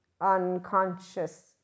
unconscious